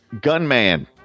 Gunman